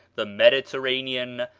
the mediterranean,